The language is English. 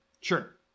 Sure